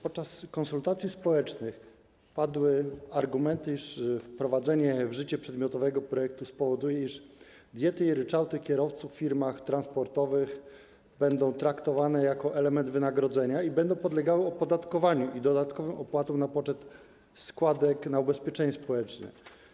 Podczas konsultacji społecznych padły argumenty, iż wprowadzenie w życie przedmiotowego projektu spowoduje, iż diety i ryczałty kierowców w firmach transportowych będą traktowane jako element wynagrodzenia i będą podlegały opodatkowaniu i dodatkowym opłatom na poczet składek na ubezpieczenie społeczne.